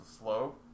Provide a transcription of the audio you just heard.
slow